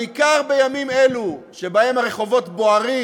בעיקר בימים אלו שבהם הרחובות בוערים,